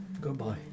Goodbye